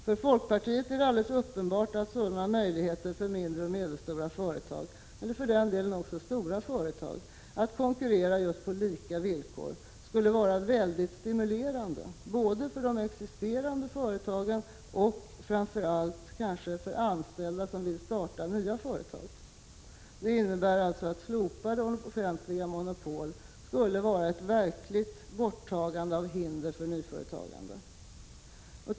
För folkpartiet är det alldeles uppenbart att sådana möjligheter för mindre och medelstora företag, eller för den delen även för stora företag, att konkurrera just på lika villkor skulle vara mycket stimulerande, både för de existerande företagen och framför allt kanske för anställda som vill starta nya företag. Det innebär alltså att ett slopande av offentliga monopol skulle vara ett verkligt borttagande av hinder för nyföretagande.